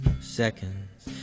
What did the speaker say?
seconds